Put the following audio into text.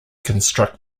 construct